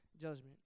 judgment